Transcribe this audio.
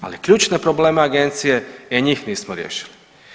Ali ključne probleme agencije, e njih nismo riješili.